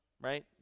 right